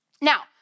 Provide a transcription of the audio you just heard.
Now